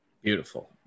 Beautiful